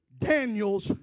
Daniel's